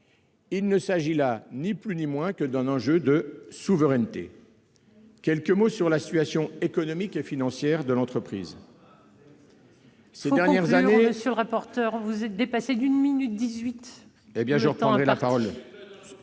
Il s'agit là ni plus ni moins d'un enjeu de souveraineté. Quelques mots sur la situation économique et financière de l'entreprise.